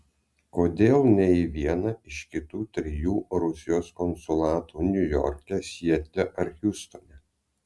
kodėl ne į vieną iš kitų trijų rusijos konsulatų niujorke sietle ar hjustone